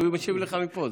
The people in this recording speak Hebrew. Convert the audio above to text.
הוא משיב לך מפה.